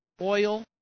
oil